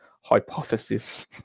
hypothesis